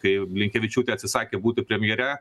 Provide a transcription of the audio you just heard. kai blinkevičiūtė atsisakė būti premjere